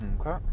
Okay